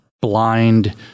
blind